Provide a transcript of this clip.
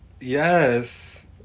Yes